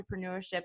Entrepreneurship